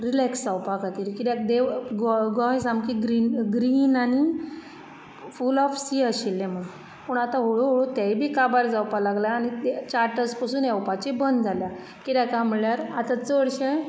relax जावपा खातीर कित्याक दे गो गोंय सामकें ग्री ग्रीन आनी फुल ऑफ सी आशिल्ले म्हणून पूण आता हळू हळू तेंय बी काबार जावपा लागला चार्टस पासून येवपाची बंद जाला कित्याक काय म्हल्यार आता चडशे